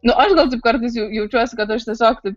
nu aš gal taip karatais jau jaučiuosi kad aš tiesiog taip